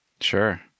Sure